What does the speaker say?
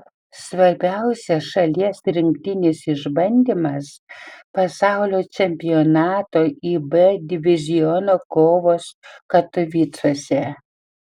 svarbiausias šalies rinktinės išbandymas pasaulio čempionato ib diviziono kovos katovicuose